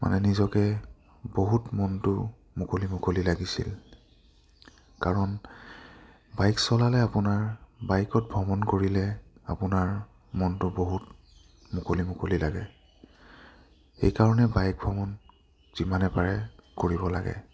মানে নিজকে বহুত মনটো মুকলি মুকলি লাগিছিল কাৰণ বাইক চলালে আপোনাৰ বাইকত ভ্ৰমণ কৰিলে আপোনাৰ মনটো বহুত মুকলি মুকলি লাগে সেইকাৰণে বাইক ভ্ৰমণ যিমানে পাৰে কৰিব লাগে